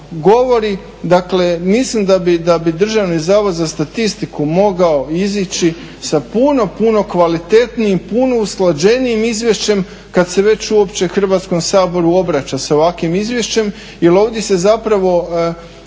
govori. Dakle, mislim da bi Državni zavod za statistiku mogao izići sa puno, puno kvalitetnijim, puno usklađenijim izvješćem kad se već uopće Hrvatskom saboru obraća sa ovakvim izvješćem, jel ovdje se zapravo,